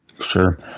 Sure